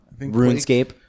RuneScape